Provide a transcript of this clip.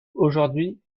aujourd’hui